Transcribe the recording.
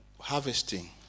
harvesting